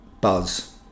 buzz